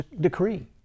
decree